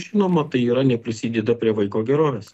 žinoma tai yra neprisideda prie vaiko gerovės